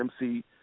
MC